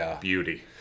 beauty